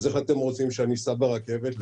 אז איך אתם רוצים שאני אסע ברכבת,